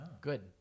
good